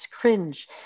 cringe